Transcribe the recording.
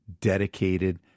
dedicated